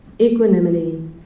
equanimity